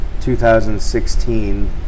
2016